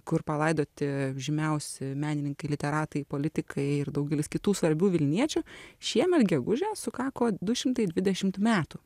kur palaidoti žymiausi menininkai literatai politikai ir daugelis kitų svarbių vilniečių šiemet gegužę sukako du šimtai dvidešimt metų